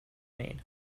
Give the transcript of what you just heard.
main